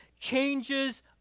changes